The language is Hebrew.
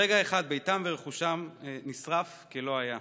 ברגע אחד ביתם ורכושם נשרפו כלא היו.